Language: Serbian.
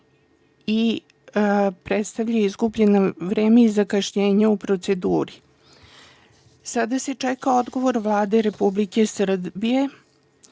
i predstavlja izgubljeno vreme i zakašnjenje u proceduri. Sada se čeka odgovor Vlade Republike Srbije